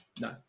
No